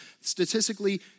Statistically